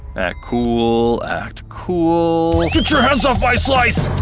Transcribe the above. act cool, act cool. get your hands off my slice!